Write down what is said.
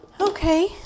Okay